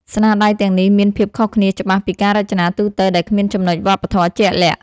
ស្នាដៃទាំងនេះមានភាពខុសគ្នាច្បាស់ពីការរចនាទូទៅដែលគ្មានចំណុចវប្បធម៌ជាក់លាក់។